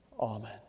Amen